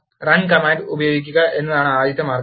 run command ഉപയോഗിക്കുക എന്നതാണ് ആദ്യ മാർഗം